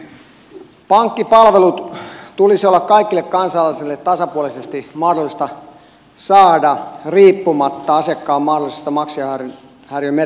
pankkipalvelut tulisi olla kaikille kansalaisille tasapuolisesti mahdollista saada riippumatta asiakkaan mahdollisista maksuhäiriömerkinnöistä